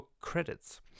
credits